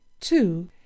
two